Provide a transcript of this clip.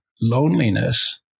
loneliness